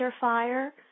fire